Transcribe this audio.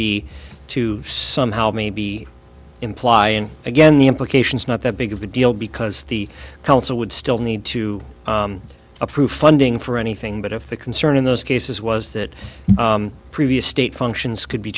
be to somehow may be implying again the implication is not that big of a deal because the council would still need to approve funding for anything but if the concern in those cases was that previous state functions could be